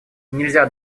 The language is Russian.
нельзя